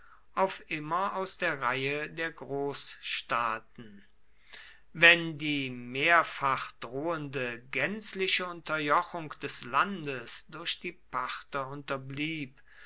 auf immer aus der reihe der großstaaten wenn die mehrfach drohende gänzliche unterjochung des landes durch die parther unterblieb